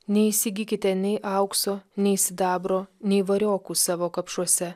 neįsigykite nei aukso nei sidabro nei variokų savo kapšuose